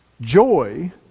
joy